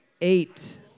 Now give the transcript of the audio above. eight